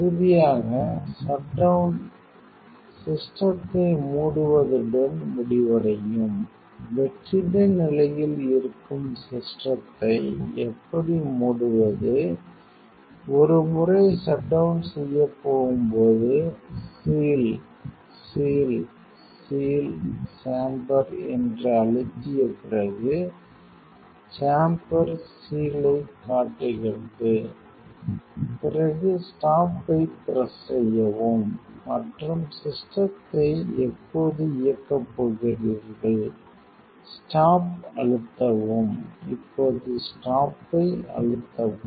இறுதியாக shut down சிஸ்டத்தை மூடுவதுடன் முடிவடையும் வெற்றிட நிலையில் இருக்கும் சிஸ்டத்தை எப்படி மூடுவது ஒருமுறை ஷட் டவுன் செய்யப் போகும் போது சீல் சீல் சீல் சேம்பர் என்று அழுத்திய பிறகு சேம்பர் சீலைக் காட்டுகிறது பிறகு ஸ்டாப் ஐ பிரஸ் செய்யவும் மற்றும் சிஸ்டத்தை எப்போது இயக்கப் போகிறீர்கள் ஸ்டாப் அழுத்தவும் இப்போது ஸ்டாப் ஐ அழுத்தவும்